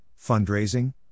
fundraising